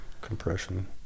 compression